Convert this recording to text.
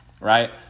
right